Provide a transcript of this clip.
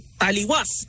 taliwas